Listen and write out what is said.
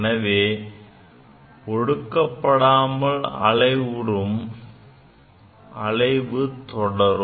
எனவே ஒடுக்கப்படாமல் அலைவுதொடரும்